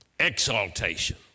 exaltation